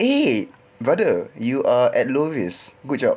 eh brother you are at low risk good job